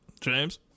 james